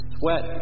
sweat